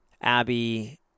Abby